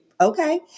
Okay